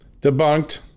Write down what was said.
debunked